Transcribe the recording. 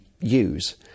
use